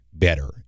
Better